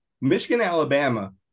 Michigan-Alabama